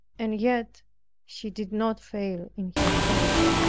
and yet she did not fail in her faith.